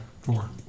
Four